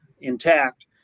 intact